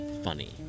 funny